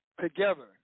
together